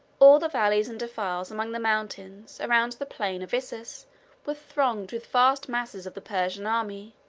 all the valleys and defiles among the mountains around the plain of issus were thronged with vast masses of the persian army,